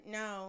no